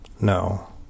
No